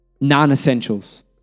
non-essentials